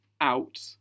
out